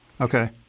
Okay